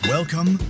Welcome